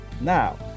now